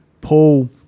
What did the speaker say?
Paul